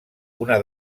una